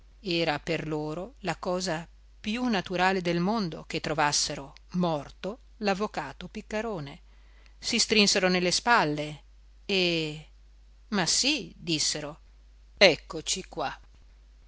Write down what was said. era per loro la cosa più naturale del mondo che trovassero morto l'avvocato piccarone si strinsero nelle spalle e l'uomo solo luigi pirandello ma sì dissero eccoci qua